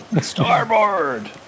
starboard